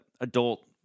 adult